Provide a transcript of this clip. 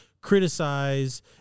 criticize